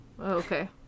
Okay